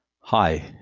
Hi